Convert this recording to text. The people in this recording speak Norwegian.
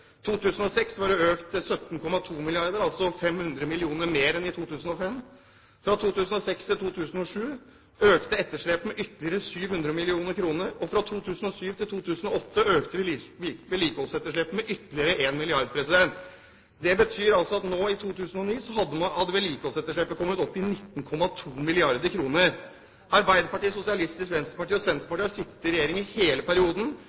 2006 var det økt til 17,2 mrd. kr, altså 500 mill. kr mer enn i 2005. Fra 2006 til 2007 økte etterslepet med ytterligere 700 mill. kr, og fra 2007 til 2008 økte vedlikeholdsetterslepet med ytterligere 1 mrd. kr. Det betyr at i 2009 hadde vedlikeholdsetterslepet kommet opp i 19,2 milliarder kr. Arbeiderpartiet, Sosialistisk Venstreparti og Senterpartiet har sittet i regjering i hele perioden